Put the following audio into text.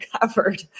covered